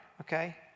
okay